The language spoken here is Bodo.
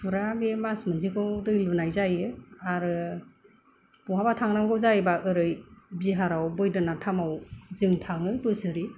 फुरा बे मास मोनसेखौ दै लुनाय जायो आरो बहाबा थांनांगौ जायोब्ला ओरै बिहाराव बैद्धनाथ धामाव जों थाङो बोसोरे